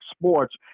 sports